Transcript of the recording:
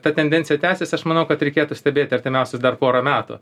ta tendencija tęsis aš manau kad reikėtų stebėti artimiausius dar porą metų